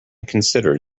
considered